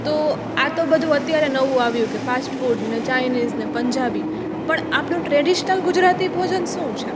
તો આ તો બધું અત્યારે નવું આવ્યું કે ફાસ્ટફૂડ ને ચાઇનીઝને પંજાબી પણ આપણું ટ્રેડિશનલ ગુજરાતી ભોજન શું છે